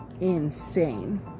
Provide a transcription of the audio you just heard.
insane